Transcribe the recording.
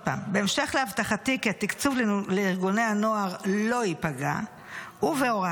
עוד פעם: בהמשך להבטחתי כי התקצוב לארגוני הנוער לא ייפגע ובהוראתי,